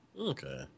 okay